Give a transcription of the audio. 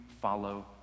follow